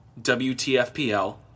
WTFPL